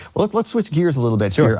like let's switch gears a little bit yeah here.